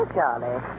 Charlie